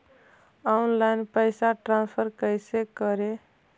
Online पैसा transfer कैसे करे?